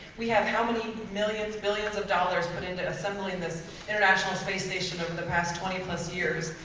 we have how many millions billions of dollars put into assembling this international space station over the past twenty plus years,